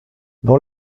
dans